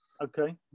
Okay